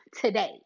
today